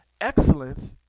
Excellence